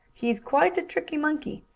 he's quite a tricky monkey.